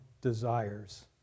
desires